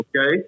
okay